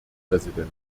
präsident